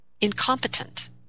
incompetent